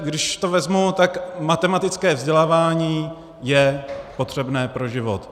Když to vezmu, tak matematické vzdělávání je potřebné pro život.